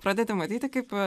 pradedi matyti kaip